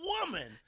woman